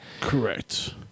Correct